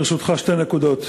ברשותך, שתי נקודות.